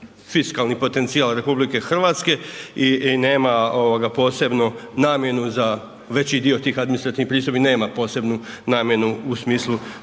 fiskalni potencijal RH i nema posebnu namjenu za veći dio tih administrativnih pristojbi nema posebnu namjenu u smislu